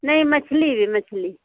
नहीं मछली रे मछली